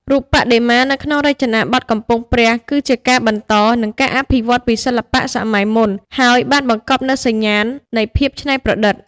រូបបដិមានៅក្នុងរចនាបថកំពង់ព្រះ គឺជាការបន្ត និងការអភិវឌ្ឍន៍ពីសិល្បៈសម័យមុន ហើយបានបង្កប់នូវសញ្ញាណនៃភាពច្នៃប្រឌិត ។